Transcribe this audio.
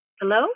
Hello